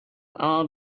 all